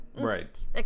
right